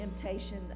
temptation